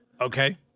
Okay